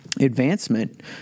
advancement